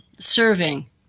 Serving